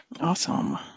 Awesome